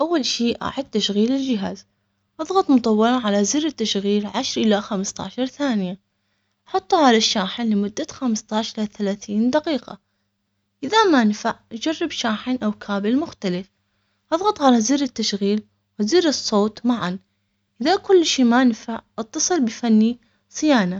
اول شي اعد تشغيل الجهاز اظغط مطولة على زر التشغيل عشر الى خمسة عشر ثانية حطه على الشاحن لمدة خمسة عشر لثلاثين دقيقة اذا ما نفع جرب شاحن او كابل مختلف اظغط على زر التشغيل وزر الصوت معا اذا كل شي ما نفع اتصل بفني صيانة.